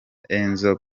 enzo